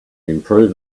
improve